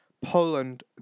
Poland